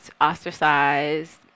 ostracized